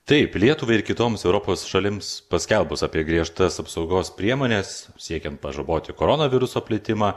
taip lietuvai ir kitoms europos šalims paskelbus apie griežtas apsaugos priemones siekiant pažaboti koronaviruso plitimą